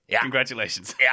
Congratulations